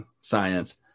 science